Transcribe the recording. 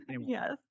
Yes